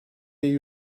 değil